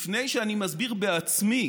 לפני שאני מסביר בעצמי